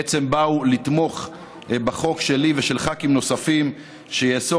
בעצם הם באו לתמוך בחוק שלי ושל ח"כים נוספים שיאסור